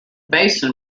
basin